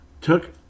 Took